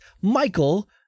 Michael